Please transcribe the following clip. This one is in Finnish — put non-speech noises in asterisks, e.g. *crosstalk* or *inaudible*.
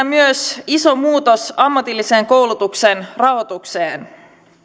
*unintelligible* myös iso muutos ammatillisen koulutuksen rahoitukseen